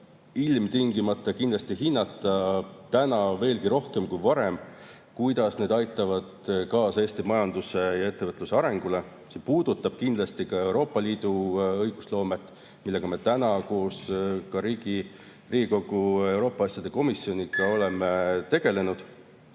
ilmtingimata hinnata, ja täna veelgi rohkem kui varem, kuidas need aitavad kaasa Eesti majanduse ja ettevõtluse arengule. See puudutab kindlasti ka Euroopa Liidu õigusloomet, millega me koos Riigikogu Euroopa Liidu asjade komisjoniga oleme tegelenud.